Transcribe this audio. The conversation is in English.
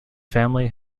family